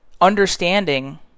understanding